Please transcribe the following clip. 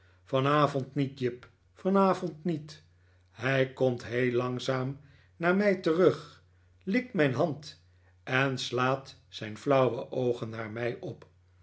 vanavond niet jip vanavond niet hij komt heel langzaam naar mij terug likt mijn hand en slaat zijn flauwe oogen naar mij op